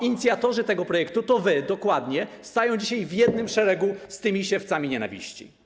Inicjatorzy tego projektu, to wy, dokładnie, stają dzisiaj w jednym szeregu z tymi siewcami nienawiści.